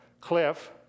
cliff